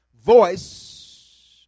voice